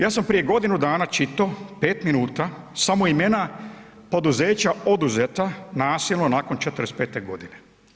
Ja sam prije godinu dana čitao 5 minuta samo imena poduzeća oduzeta nasilno nakon 45. godine.